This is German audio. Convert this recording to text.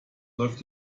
läuft